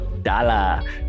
Dala